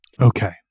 Okay